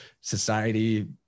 society